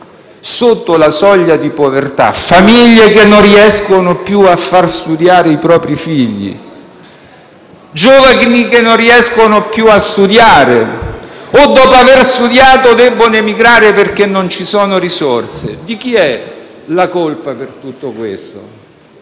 sotto la soglia della povertà; famiglie che non riescono più a far studiare i propri figli; giovani che non riescono più a studiare o che, dopo aver studiato, devono emigrare perché non ci sono risorse. Di chi è la colpa di tutto questo?